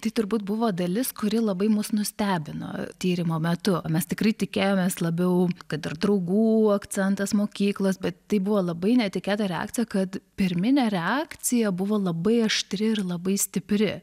tai turbūt buvo dalis kuri labai mus nustebino tyrimo metu mes tikrai tikėjomės labiau kad ir draugų akcentas mokyklos bet tai buvo labai netikėta reakcija kad pirminė reakcija buvo labai aštri ir labai stipri